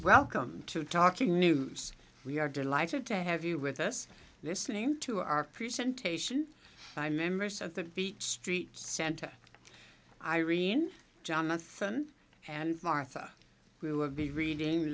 welcome to talking news we are delighted to have you with us listening to our present ation by members of the beat street center irene jonathan and martha we will be reading